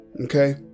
Okay